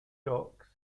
docs